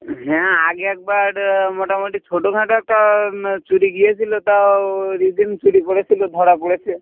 হ্যাঁ আগে একবার মোটামোটি ছোটোখাটো একটা চুরি গিয়েছিলো তাও ঋতম চুরি করেছিলো ধরা পড়েছে